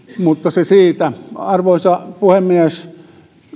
mutta se siitä arvoisa puhemies